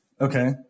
okay